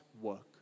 work